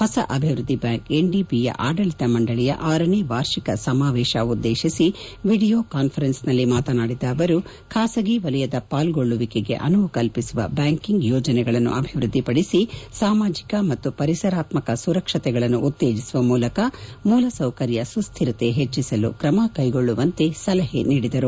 ಹೊಸ ಅಭಿವೃದ್ದಿ ಬ್ಲಾಂಕ್ ಎನ್ಡಿಬಿಯ ಆಡಳಿತಮಂಡಳಿಯ ಆರನೇ ವಾರ್ಷಿಕ ಸಮಾವೇಶ ಉದ್ದೇಶಿಸಿ ವಿಡಿಯೋ ಕಾಸ್ವರೆನ್ಸ್ ನಲ್ಲಿ ಮಾತನಾಡಿದ ಅವರು ಖಾಸಗಿ ವಲಯದ ಪಾಲ್ಗೊಳ್ಳುವಿಕೆಗೆ ಅನುವು ಕಲ್ಪಿಸುವ ಬ್ಡಾಂಕಿಂಗ್ ಯೋಜನೆಗಳನ್ನು ಅಭಿವೃದ್ದಿ ಪಡಿಸಿ ಸಾಮಾಜಿಕ ಮತ್ತು ಪರಿಸರಾತ್ಕಕ ಸುರಕ್ಷತೆಗಳನ್ನು ಉತ್ತೇಜಿಸುವ ಮೂಲಕ ಮೂಲಸೌಕರ್ಯ ಸುಸ್ತಿರತೆ ಹೆಚ್ಚಸಲು ಕ್ರಮ ಕೈಗೊಳ್ಳುವಂತೆ ಸಲಹೆ ನೀಡಿದರು